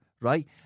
Right